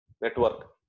network